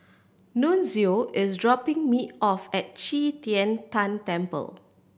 Nunzio is dropping me off at Qi Tian Tan Temple